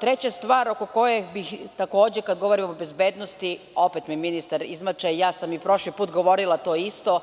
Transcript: Treća stvar oko koje bih takođe kada govorim o bezbednosti, opet ministar izmače, ja sam i prošli put govorila to isto,